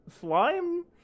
slime